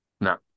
No